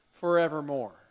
forevermore